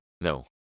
No